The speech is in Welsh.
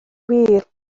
wir